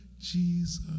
Jesus